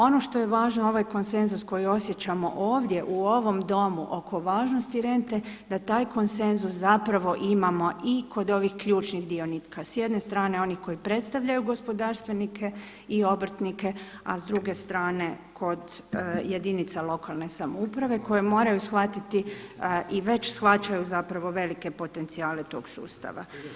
Ono što je važno ovaj konsenzus koji osjećamo ovdje u ovom Domu oko važnosti rente, da taj konsenzus zapravo imamo i kod ovih ključnih dionika s jedne strane onih koji predstavljaju gospodarstvenike i obrtnike, a s druge strane kod jedinica lokalne samouprave koje moraju shvatiti i već shvaćaju zapravo velike potencijale tog sustava.